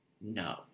No